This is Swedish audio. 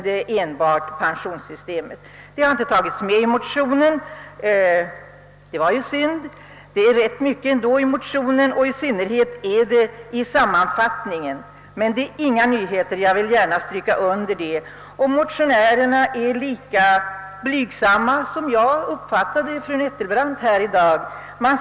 Det har inte tagits upp i motionen, och det är ju synd. Motionen är ändå ganska innehållsrik — i synnerhet när det gäller sammanfattningen, men vad som sägs är inga nyheter — jag vill än en gång understryka det. Motionärerna är lika blygsamma som fru Nettelbrandt var i dag enligt min uppfattning.